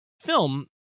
film